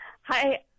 Hi